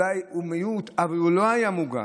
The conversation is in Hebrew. אולי הוא מיעוט אבל הוא לא היה מוגן.